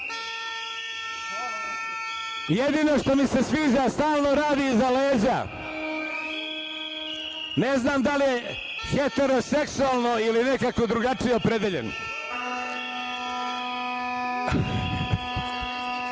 Jedino što mi se sviđa, stalno radi iza leđa, ne znam da li je heteroseksualno ili nekako drugačije opredeljen.